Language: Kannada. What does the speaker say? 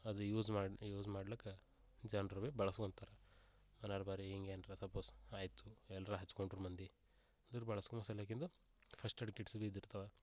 ಅದು ಯೂಸ್ ಮಾಡು ಯೂಸ್ ಮಾಡಲಿಕ್ಕ ಜನರು ಬಿ ಬಳಸು ಅಂತಾರೆ ಅಲ್ಲಾರ ಭಾರೀ ಹಿಂಗೆ ಏನಾರ ಸಪೋಸ್ ಆಯಿತು ಎಲ್ರು ಹಚ್ಕೊಂಡರು ಮಂದಿ ಅದ್ರ ಬಳಸ್ಕೊಂಡ್ ಸಲ್ವಾಗಿಂದು ಫಸ್ಟ್ ಏಡ್ ಕಿಟ್ಸ್ ಬಿ ಇದ್ದಿರ್ತಾವೆ